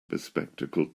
bespectacled